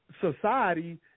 society